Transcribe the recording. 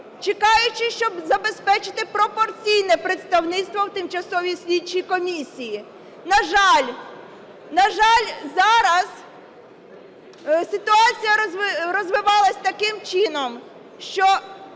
чекаючи, щоб забезпечити пропорційне представництво в тимчасовій слідчій комісії. На жаль, зараз ситуація розвивалась таким чином, що